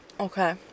Okay